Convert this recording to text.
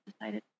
decided